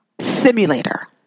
simulator